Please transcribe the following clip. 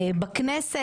בכנסת.